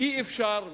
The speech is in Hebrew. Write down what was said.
אי-אפשר,